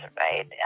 right